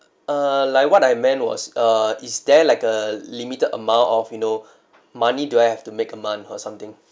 err like what I meant was err is there like a limited amount of you know money do I have to make a month or something